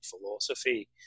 philosophy